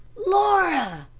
laura!